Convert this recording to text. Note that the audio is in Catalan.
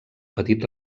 petit